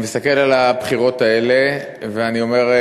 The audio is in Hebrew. אני מסתכל על הבחירות האלה ואני אומר,